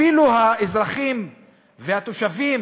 אפילו האזרחים והתושבים